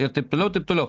ir taip toliau taip toliau